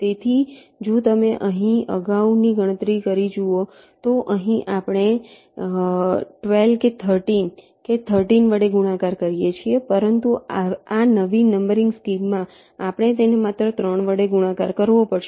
તેથી જો તમે અહીં અગાઉની ગણતરી જુઓ તો અહીં આપણે 12 કે 13 કે 13 વડે ગુણાકાર કરીએ છીએ પરંતુ આ નવી નંબરિંગ સ્કીમમાં આપણે તેને માત્ર 3 વડે જ ગુણાકાર કરવો પડશે